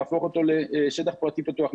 להפוך אותם לשטח פרטי פתוח,